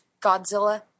Godzilla